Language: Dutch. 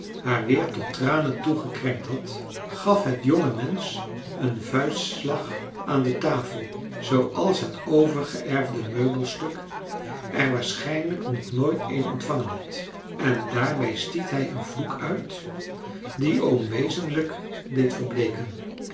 haar weer tot tranen toe gekrenkt had gaf het jonge mensch een vuistslag aan de tafel zooals het overgeërfde meubelstuk er waarschijnlijk nog nooit een ontvangen had en daarbij stiet hij een vloek uit die oom wezenlijk deed verbleeken